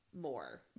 more